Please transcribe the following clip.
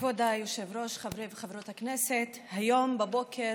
חברי וחברות הכנסת, היום בבוקר